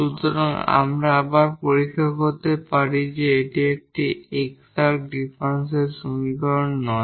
সুতরাং আবার আমরা পরীক্ষা করতে পারি যে এটি একটি এক্সাট ডিফারেনশিয়াল সমীকরণ নয়